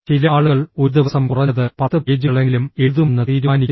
ചില ആളുകൾ ഒരു ദിവസം കുറഞ്ഞത് 10 പേജുകളെങ്കിലും എഴുതുമെന്ന് തീരുമാനിക്കുന്നു